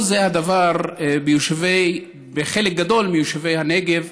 לא זה הדבר בחלק גדול מיישובי הנגב,